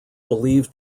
believed